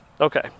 Okay